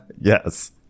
Yes